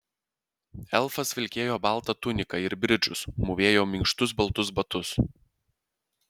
elfas vilkėjo baltą tuniką ir bridžus mūvėjo minkštus baltus batus